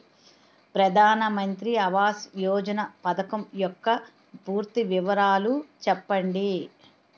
ప్రధాన మంత్రి ఆవాస్ యోజన పథకం యెక్క పూర్తి వివరాలు చెప్పండి?